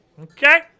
okay